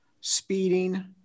speeding